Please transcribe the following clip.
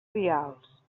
vials